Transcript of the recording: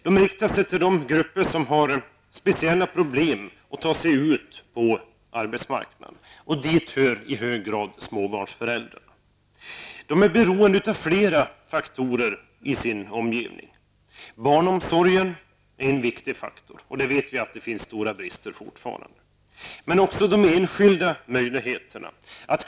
De riktar sig till de grupper som har speciella problem med att ta sig ut på arbetsmarknaden. Dit hör i hög grad småbarnsföräldrar. De är beroende av flera faktorer i sin omgivning. Barnomsorgen är en viktig faktor. Vi vet att det fortfarande finns stora brister på det området.